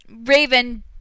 Raven